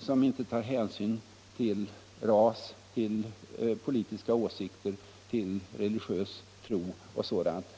som inte tar hänsyn till ras, till politiska åsikter, till religiös tro etc.